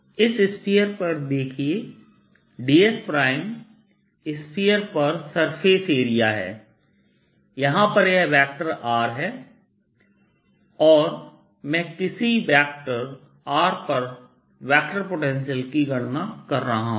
इस स्फीयर पर देखिए ds स्फीयर पर सरफेस एरिया है यहां पर यह वेक्टर R है और मैं किसी वेक्टर r पर वेक्टर पोटेंशियल की गणना कर रहा हूं